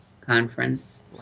Conference